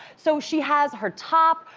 so, she has her top,